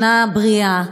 שנה בריאה,